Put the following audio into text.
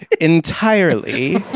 entirely